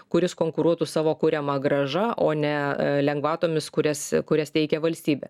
kuris konkuruotų savo kuriama grąža o ne lengvatomis kurias kurias teikia valstybė